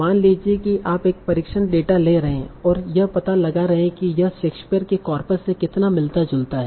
मान लीजिए कि आप एक परीक्षण डेटा ले रहे हैं और यह पता लगा रहे हैं कि यह शेक्सपियर के कॉर्पस से कितना मिलता जुलता है